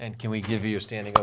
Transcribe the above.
and can we give you a standing